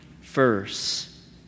verse